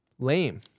Lame